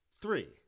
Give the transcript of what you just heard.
three